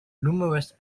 numerous